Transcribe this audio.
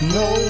no